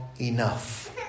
enough